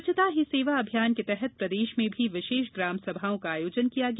स्वच्छता ही सेवा अभियान के तहत प्रदेश में भी विशेष ग्रामसभाओं का आयोजन किया गया